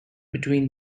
between